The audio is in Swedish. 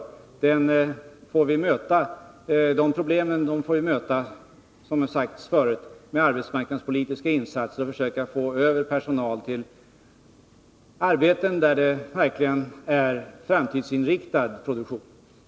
Problemen får vi möta, som det har sagts förut, med arbetsmarknadspolitiska insatser, så att vi försöker få över personalen till arbeten där det verkligen är framtidsinriktad produktion.